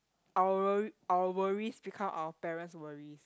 our worry our worries become our parents worries